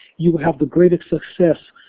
you will have the greatest success.